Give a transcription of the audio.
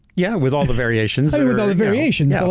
yeah, with all the variations. and with all the variations, so